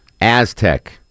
Aztec